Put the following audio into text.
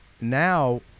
now